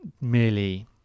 merely